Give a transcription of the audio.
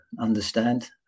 understand